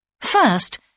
First